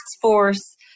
force